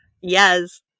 Yes